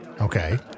Okay